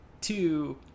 Two